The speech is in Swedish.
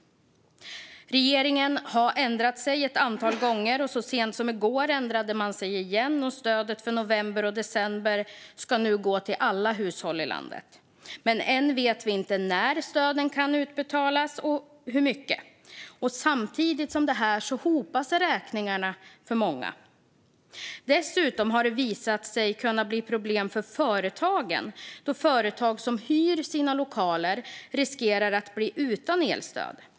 Regeringen har ändrat sig ett antal gånger, och så sent som i går ändrade man sig igen. Stödet för november och december ska nu gå till alla hushåll i landet. Men än vet vi inte när stöden kan utbetalas och hur mycket det blir. Samtidigt med detta hopas räkningarna för många. Dessutom har det visat sig kunna bli problem för företagen, då företag som hyr sina lokaler riskerar att bli utan elstöd.